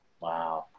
Wow